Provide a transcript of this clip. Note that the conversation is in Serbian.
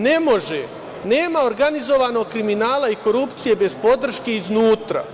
Nema organizovanog kriminala i korupcije bez podrške iznutra.